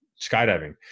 skydiving